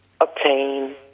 obtain